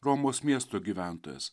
romos miesto gyventojas